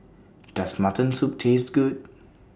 Does Mutton Soup Taste Good